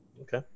Okay